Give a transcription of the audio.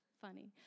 funny